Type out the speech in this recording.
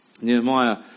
Nehemiah